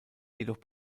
jedoch